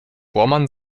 bormann